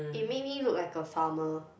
it make me look like a farmer